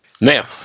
Now